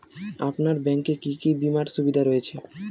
আপনার ব্যাংকে কি কি বিমার সুবিধা রয়েছে?